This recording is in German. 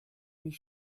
mich